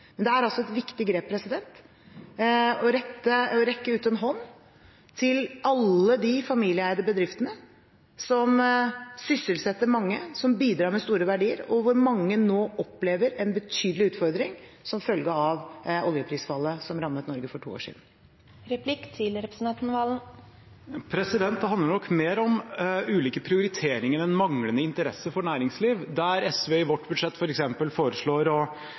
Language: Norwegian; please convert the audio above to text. Men det er et viktig grep å rekke ut en hånd til alle de familieeide bedriftene som sysselsetter mange, som bidrar med store verdier, og hvor mange nå opplever en betydelig utfordring som følge av oljeprisfallet som rammet Norge for to år siden. Det handler nok mer om ulike prioriteringer enn om manglende interesse for næringsliv. Der SV i vårt budsjett f.eks. foreslår å